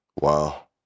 Wow